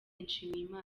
nshimiyimana